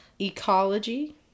Ecology